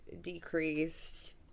decreased